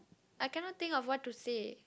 I cannot think of what to say